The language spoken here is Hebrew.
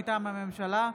מטעם הממשלה,